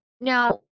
Now